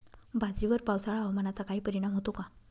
बाजरीवर पावसाळा हवामानाचा काही परिणाम होतो का?